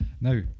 Now